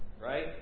right